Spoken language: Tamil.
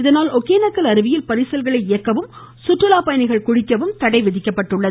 இதனால் ஒகேனக்கல் அருவியில் பரிசல்களை இயக்கவும் சுற்றுலா பயணிகள் குளிக்கவும் தடை விதிக்கப்பட்டுள்ளது